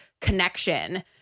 connection